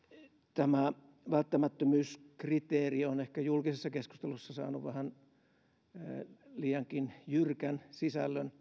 tämä välttämättömyyskriteeri on ehkä julkisessa keskustelussa saanut vähän liiankin jyrkän sisällön